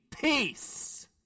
Peace